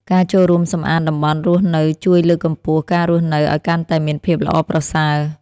ការចូលរួមសម្អាតតំបន់រស់នៅជួយលើកកម្ពស់ការរស់នៅឲ្យកាន់តែមានភាពល្អប្រសើរ។